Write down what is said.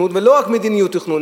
ולא רק מדיניות תכנון,